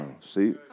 See